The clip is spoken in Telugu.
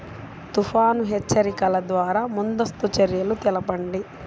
తుఫాను హెచ్చరికల ద్వార ముందస్తు చర్యలు తెలపండి?